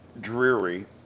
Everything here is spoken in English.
dreary